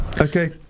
Okay